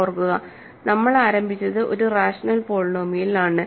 ഓർക്കുകനമ്മൾ ആരംഭിച്ചത് ഒരു റാഷണൽ പോളിനോമിയലിലാണ്